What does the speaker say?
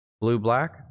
blue-black